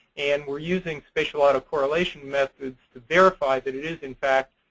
and we're using spatial auto-correlation methods to verify that it is, in fact,